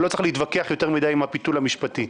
לא צריך להתווכח יותר מדי עם הפיתול המשפטי.